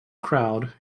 crowd